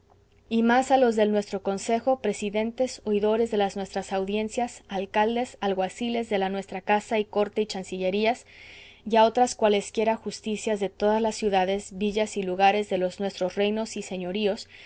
y más a los del nuestro consejo presidentes oidores de las nuestras audiencias alcaldes alguaciles de la nuestra casa y corte y chancillerías y a otras cualesquiera justicias de todas las ciudades villas y lugares de los nuestros reinos y señoríos